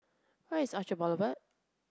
where is Orchard Boulevard